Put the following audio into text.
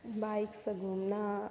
बाइकसँ घूमना